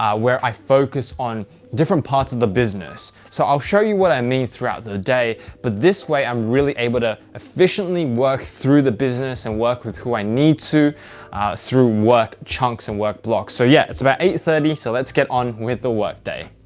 where i focus on different parts of the business. so i'll show you what i mean throughout the day but this way i'm really able to efficiently work through the business and work with who i need to through work chunks and work blocks. so, yeah, it's about eight thirty. so let's get on with the workday.